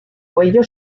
cuello